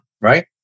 Right